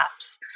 apps